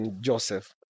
Joseph